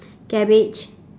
cabbage